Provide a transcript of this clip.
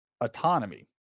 autonomy